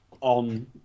on